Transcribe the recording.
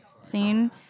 scene